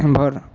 एमहर